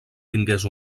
tingués